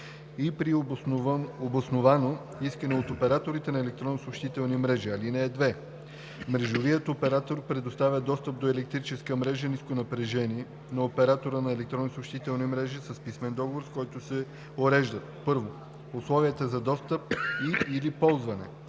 и при обосновано искане от операторите на електронни съобщителни мрежи. (2) Мрежовият оператор предоставя достъп до електрическа мрежа ниско напрежение на оператора на електронни съобщителни мрежи с писмен договор, с който се уреждат: 1. условията за достъп и/или ползване: